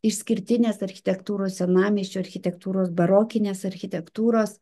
išskirtinės architektūros senamiesčio architektūros barokinės architektūros